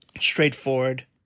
straightforward